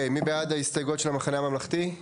מי בעד ההסתייגויות של המחנה הממלכתי?